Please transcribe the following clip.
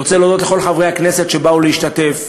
אני רוצה להודות לכל חברי הכנסת שבאו להשתתף,